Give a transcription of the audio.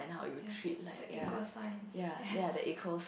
yes the equal sign yes